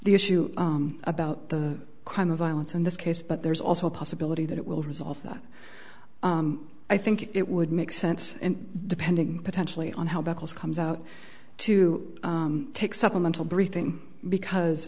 the issue about the crime of violence in this case but there's also a possibility that it will resolve that i think it would make sense and depending potentially on how beccles comes out to take supplemental briefing because